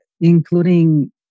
including